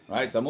Right